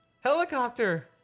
helicopter